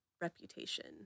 reputation